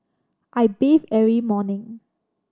I bathe every morning